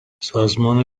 سازمان